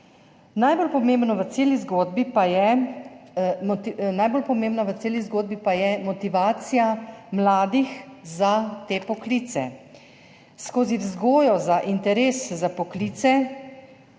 Najbolj pomembna v celi zgodbi pa je motivacija mladih za te poklice skozi vzgojo za interes za poklice,